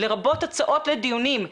לרבות הצעות לדיונים,